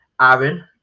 aaron